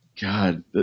God